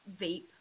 vape